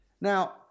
Now